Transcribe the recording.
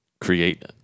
create